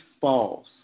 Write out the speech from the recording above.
false